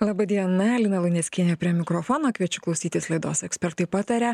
laba diena lina luneckienė prie mikrofono kviečiu klausytis laidos ekspertai pataria